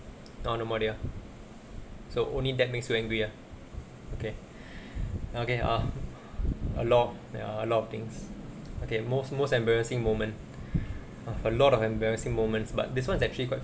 so only that makes you angry ah okay okay uh a lot ya a lot of things okay most most embarrassing moment a lot of embarrassing moments but this [one] is actually quite